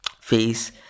face